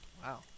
Wow